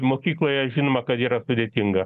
mokykloje žinoma kad yra sudėtinga